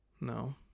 No